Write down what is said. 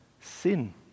Sin